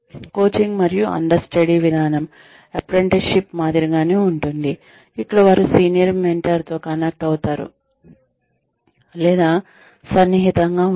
coaching మరియు understudy విధానం apprenticeship మాదిరిగానే ఉంటుంది ఇక్కడ వారు సీనియర్ మెంటర్ తో కనెక్ట్ అవుతారు లేదా సన్నిహితంగా ఉంటారు